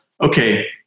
okay